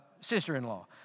sister-in-law